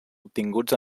obtinguts